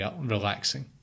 relaxing